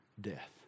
death